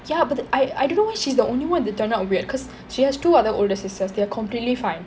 ya but I I don't know why she's the only one that turn out weird cause she has two other older sisters they're completely fine